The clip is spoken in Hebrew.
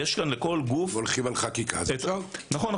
אם הולכים על חקיקה אפשר לפתור את הבעיה,